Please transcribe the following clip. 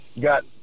got